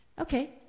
Okay